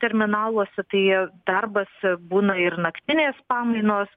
terminaluose tai darbas būna ir naktinės pamainos